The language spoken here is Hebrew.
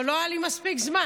אבל לא היה לי מספיק זמן.